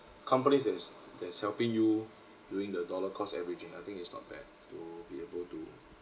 companies that's that's helping you doing the dollar cost averaging I think it's not bad to be able to